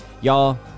y'all